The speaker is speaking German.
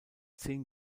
zehn